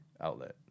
outlet